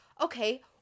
okay